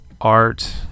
art